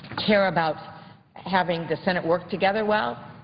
hear about having the senate work together well,